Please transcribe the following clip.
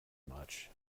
much